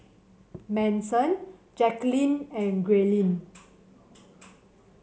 Manson Jacquelin and Grayling